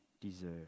deserve